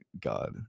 god